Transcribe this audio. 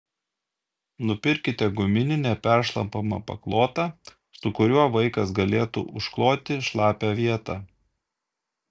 nupirkite guminį neperšlampamą paklotą su kuriuo vaikas galėtų užkloti šlapią vietą